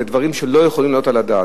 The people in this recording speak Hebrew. זה דברים שלא יכולים לעלות על הדעת.